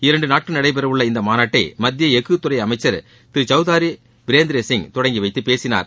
இரண்டு நாட்கள் நடைபெற உள்ள இந்த மாநாட்டை மத்திய எஃகு துறை அமைச்சர் திரு சௌதாரி பீரேந்திரசிங் தொடங்கி வைத்துப் பேசினார்